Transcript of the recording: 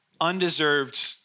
undeserved